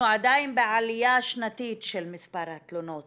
אנחנו עדיין בעלייה שנתית של מספר התלונות